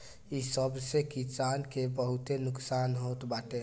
इ सब से किसान के बहुते नुकसान होत बाटे